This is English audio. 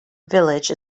village